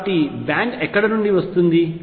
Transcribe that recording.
కాబట్టి బ్యాండ్ ఎక్కడ నుండి వస్తుంది